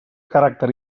caràcter